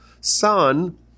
son